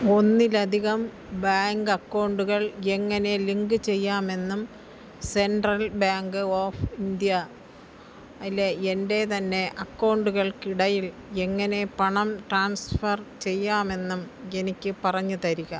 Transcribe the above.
ഒന്നിലധികം ബാങ്ക് അക്കൗണ്ടുകൾ എങ്ങനെ ലിങ്ക് ചെയ്യാമെന്നും സെൻട്രൽ ബാങ്ക് ഓഫ് ഇന്ത്യലെ എൻ്റെ തന്നെ അക്കൗണ്ടുകൾക്കിടയിൽ എങ്ങനെ പണം ട്രാൻസ്ഫർ ചെയ്യാമെന്നും എനിക്ക് പറഞ്ഞുതരിക